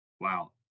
wow